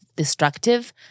destructive